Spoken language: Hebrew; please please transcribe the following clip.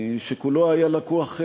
שכולו היה לקוח,